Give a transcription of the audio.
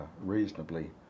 reasonably